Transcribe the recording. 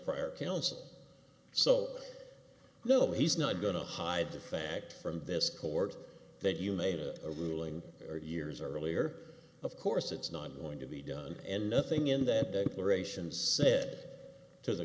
prior counsel so no he's not going to hide the fact from this court that you made a ruling or years earlier of course it's not going to be done and nothing in that aeration said to the